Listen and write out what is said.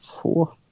four